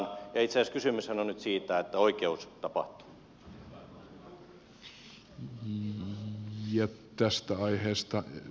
itse asiassa kysymyshän on nyt siitä että oikeus tapahtuu